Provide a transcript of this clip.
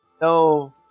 No